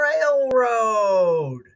Railroad